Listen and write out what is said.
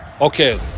Okay